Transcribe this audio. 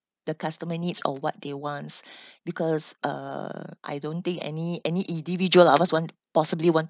the customer needs or what they wants because uh I don't think any any individual always want possibly want